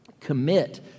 commit